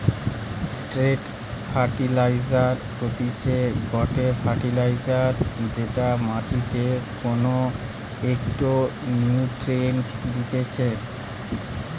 straight fertiliser হতিছে গটে fertiliser যেটা মাটিকে কোনো একটো নিউট্রিয়েন্ট দিতেছে